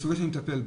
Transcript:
זו סוגיה שנטפל בה.